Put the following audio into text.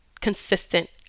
consistent